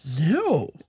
No